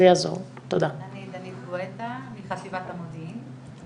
מחטיבת המודיעין.